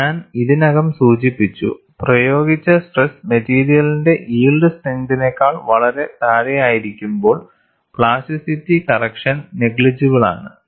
ഞാൻ ഇതിനകം സൂചിപ്പിച്ചു പ്രയോഗിച്ച സ്ട്രെസ് മെറ്റീരിയലിന്റെ യിൽഡ് സ്ട്രെങ്തിനെക്കാൾ വളരെ താഴെയായിരിക്കുമ്പോൾ പ്ലാസ്റ്റിറ്റി കറക്ക്ഷൻ നേഗ്ളിജിബിൾ ആണ്